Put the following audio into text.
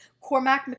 Cormac